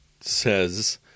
says